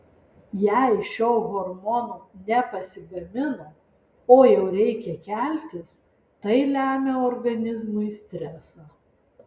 jei šio hormono nepasigamino o jau reikia keltis tai lemia organizmui stresą